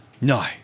No